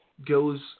goes